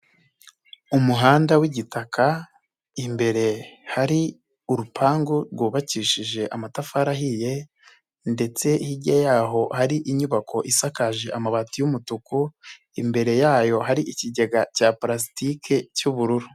Umuhanda w'igitaka imbere hari urupangu rwubakishije amatafari ahiye ndetse hirya yaho ari inyubako isakaje amabati y'umutuku, imbere yayo hari ikigega cya parasitike cy'ubururu.